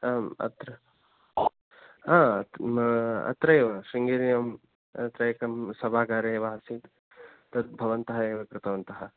आम् अत्र न अत्र एव शृङ्गेर्यां अत्र एकं सभागारे एव आसीत् तद्भवन्तः एव कृतवन्तः